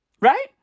Right